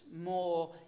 more